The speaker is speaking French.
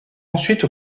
ensuite